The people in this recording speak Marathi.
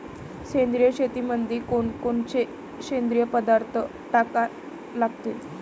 सेंद्रिय शेतीमंदी कोनकोनचे सेंद्रिय पदार्थ टाका लागतीन?